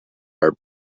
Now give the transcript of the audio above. are